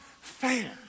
fair